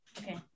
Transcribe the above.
Okay